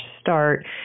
start